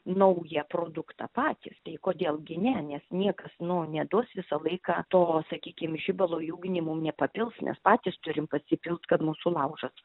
naują produktą patys tai kodėl gi ne nes niekas nu neduos visą laiką to sakykim žibalo į ugnį mum nepapils mes patys turim pasipilt kad mūsų laužas